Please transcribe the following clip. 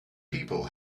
people